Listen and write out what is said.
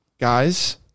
guys